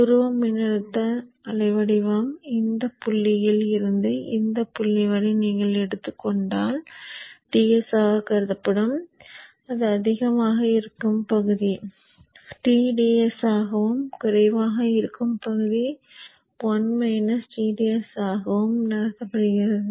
துருவ மின்னழுத்த அலைவடிவம் இந்த புள்ளியில் இருந்து இந்த புள்ளி வரை நீங்கள் எடுத்துக் கொண்டால் Ts ஆகக் கருதப்படும் அது அதிகமாக இருக்கும் பகுதி dTs ஆகவும் குறைவாக இருக்கும் பகுதி Ts ஆகவும் கருதப்படுகிறது